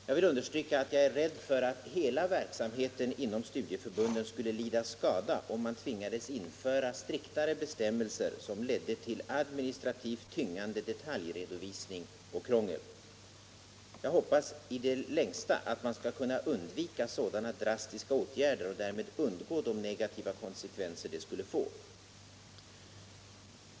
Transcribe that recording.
Jag vill understryka att jag är rädd för att hela verksamheten inom studieförbunden skulle lida skada om man tvingades införa striktare bestämmelser som ledde till administrativt tyngande detaljredovisning och krångel. Jag hoppas i det längsta att man skall kunna undvika sådana drastiska åtgärder och därmed undgå de negativa konsekvenser de skulle få.